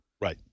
Right